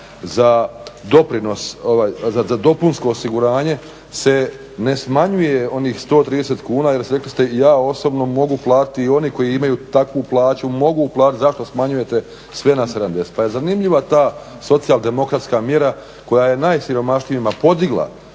za dopunsko osiguranje se ne smanjuje onih 130 kuna jer rekli ste ja osobno mogu platiti i oni koji imaju takvu plaću mogu platiti, zašto smanjujete sve na 70. Pa je zanimljiva ta tema socijal-demokratska mjera koja je najsiromašnijima podigla,